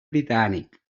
britànic